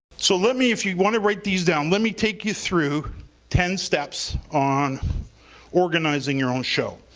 so let me if you want to write these down, let me take you through ten steps on organizing your own show.